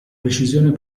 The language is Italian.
precisione